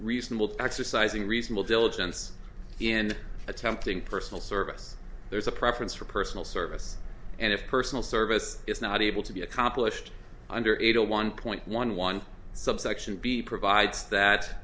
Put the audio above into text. reasonable exercising reasonable diligence in attempting personal service there is a preference for personal service and if personal service is not able to be accomplished under eight a one point one one subsection b provides that